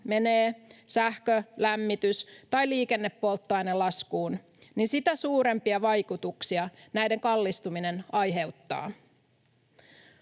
menee sähkö-, lämmitys- tai liikennepolttoainelaskuun, sitä suurempia vaikutuksia näiden kallistuminen aiheuttaa.